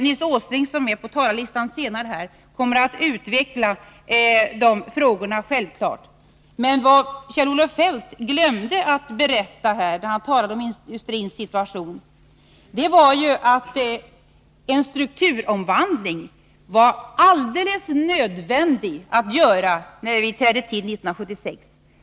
Nils Åsling, som är antecknad på talarlistan och skall tala senare, kommer självfallet att utveckla de här frågorna, men jag vill dock peka på att vad Kjell-Olof Feldt glömde att berätta när han talade om industrins situation, det var att en strukturomvandling var alldeles nödvändig att genomföra när vi trädde till 1976.